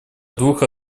двух